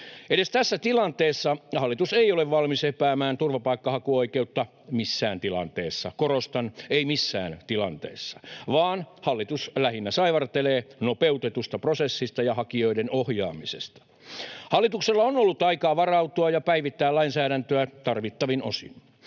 Edes tässä tilanteessa hallitus ei ole valmis epäämään turvapaikanhakuoikeutta missään tilanteessa — korostan: ei missään tilanteessa — vaan hallitus lähinnä saivartelee nopeutetusta prosessista ja hakijoiden ohjaamisesta. Hallituksella on ollut aikaa varautua ja päivittää lainsäädäntöä tarvittavin osin,